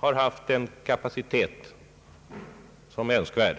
haft den kapacitet som är önskvärd.